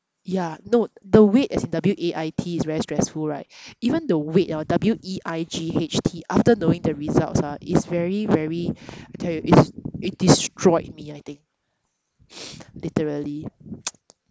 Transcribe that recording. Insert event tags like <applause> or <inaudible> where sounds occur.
ya no the wait as in W A I T is very stressful right even the weight hor W E I G H T after knowing the results ah is very very I tell you is it destroyed me I think literally <noise>